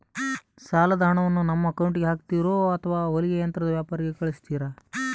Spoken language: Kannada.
ಸಾಲದ ಹಣವನ್ನು ನಮ್ಮ ಅಕೌಂಟಿಗೆ ಹಾಕ್ತಿರೋ ಅಥವಾ ಹೊಲಿಗೆ ಯಂತ್ರದ ವ್ಯಾಪಾರಿಗೆ ಕಳಿಸ್ತಿರಾ?